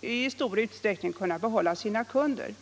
i stor utsträckning kunnat behålla sina kunder.